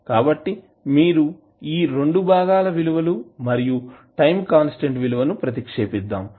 కాబట్టి మీరు ఈ 2 భాగాల విలువలు మరియు టైం కాన్స్టాంట్ విలువను ప్రతిక్షేపిద్దాం